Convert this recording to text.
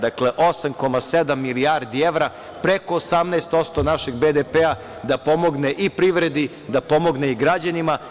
Dakle, 8,7 milijardi evra, preko 18% našeg BDP da pomogne i privredi, da pomogne i građanima.